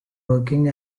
working